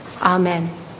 Amen